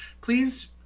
Please